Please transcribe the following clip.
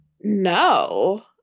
No